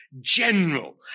general